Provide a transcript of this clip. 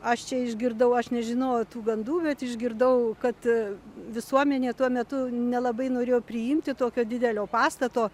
aš čia išgirdau aš nežinojau tų gandų bet išgirdau kad visuomenė tuo metu nelabai norėjo priimti tokio didelio pastato